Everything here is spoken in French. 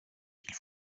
qu’il